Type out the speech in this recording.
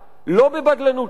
לא בבדלנות לאומית,